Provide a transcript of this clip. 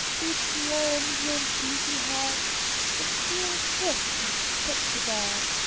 each little indian sleepy-head is being kissed and put to bed.